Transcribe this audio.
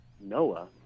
Noah